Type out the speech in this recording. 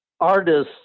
artists